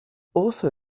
also